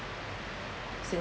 since